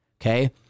Okay